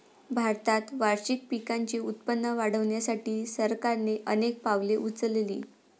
भारतात वार्षिक पिकांचे उत्पादन वाढवण्यासाठी सरकारने अनेक पावले उचलली